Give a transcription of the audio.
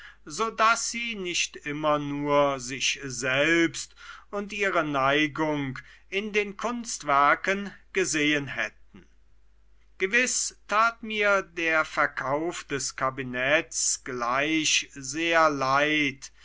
so daß sie nicht immer nur sich selbst und ihre neigung in den kunstwerken gesehen hätten gewiß tat mir der verkauf des kabinetts gleich sehr leid